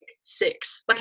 six